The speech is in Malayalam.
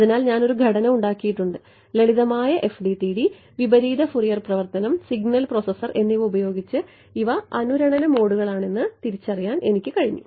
അതിനാൽ ഞാൻ ഒരു ഘടന ഉണ്ടാക്കിയിട്ടുണ്ട് ലളിതമായ FDTD വിപരീത ഫുറിയർ പരിവർത്തനം സിഗ്നൽ പ്രോസസർ എന്നിവ ഉപയോഗിച്ച് ഇവ അനുരണന മോഡുകളാണെന്ന് തിരിച്ചറിയാൻ എനിക്ക് കഴിഞ്ഞു